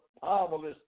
powerless